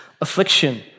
affliction